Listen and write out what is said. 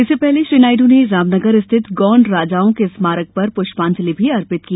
इससे पहले श्री नायडू ने रामनगर स्थित गौंड राजाओं के स्मारक पर पुष्पांजलि भी अर्पित की